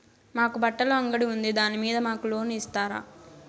మాకు బట్టలు అంగడి ఉంది దాని మీద మాకు లోను ఇస్తారా